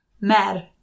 Mer